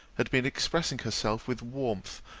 had been expressing herself with warmth,